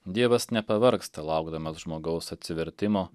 dievas nepavargsta laukdamas žmogaus atsivertimo